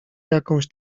jakąś